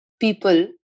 people